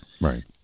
right